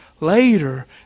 later